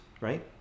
right